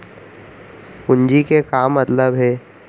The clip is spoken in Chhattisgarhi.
पूंजी के का मतलब हे?